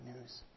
news